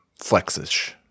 flexish